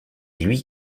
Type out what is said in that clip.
lui